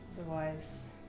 Otherwise